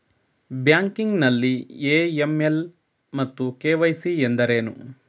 Banking ನಲ್ಲಿ AML ಮತ್ತು KYC ಎಂದರೇನು?